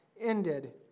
ended